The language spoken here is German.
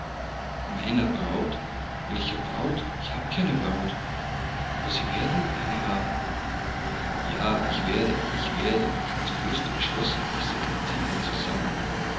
meiner braut welcher braut ich habe keine braut aber sie werden eine haben ja ich werde ich werde und fest entschlossen biß er die zähne zusammen